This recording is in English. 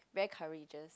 very courageous